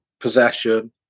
possession